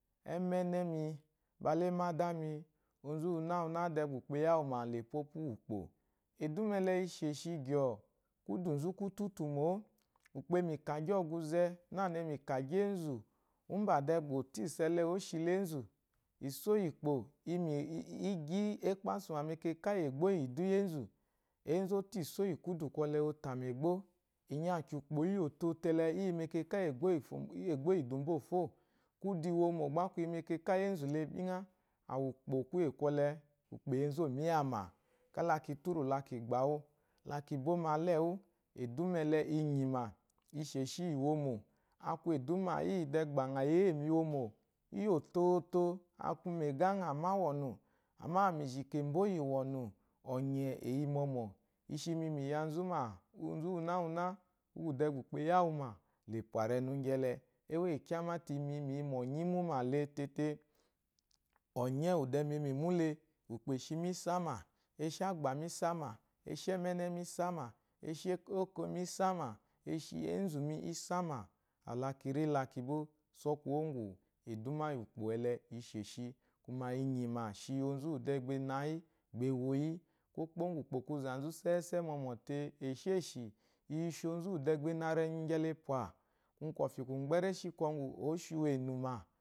Emene mi mbula emenda mi onzuuwuna uwuna de ba uyuwa ma la pwa opu ukpo eduma ele esheshi gyo kuduzu ku tutumo, te uyi me gagyi ɔzunze te ayi mu gagyi enzu iso iyi ukpo egyi ekpasu ma mekaka yi egbo iyidu enzu enzu ofo iso iyi kudu kwɔle ofa mu ebgo yi upo iyi ototo ele eyi mu ego mekaka iyi enzule binggha awu ukkuye kwɔle ukpo eyinzu mu iyama kala ki turu la kigbawu lakimbo malewu eduna ele inyima ishe ishi iyi womo, akwu eduna iyi de gba ngɔ yeye miwomo iyi ototo akume ega ngɔ ma wɔnu, inji kembo iyi wuna onye eyi mɔmɔ ishimi mi yanzu ma onzu nwuna nwuna de uwu ukpo ayawuma la pwa renu gyele ewo kyamate emi yi mu onye muma letet ɔnye uwu de mu mule, ukpo eshimi isama eshi okmi isama eshi enzumi isama awu la kiri la kimbo so kuwongu eduma iyi ukpo le isheshi mi mayi shi onzude be nayi ewo yi kwokpo ngu ukpo ku zanzu sese mɔno e esheshi ishi onzu de be na renu gyele ma mu kɔfi ku gbele reshi oshiwu enuma.